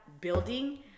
building